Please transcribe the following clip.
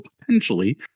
potentially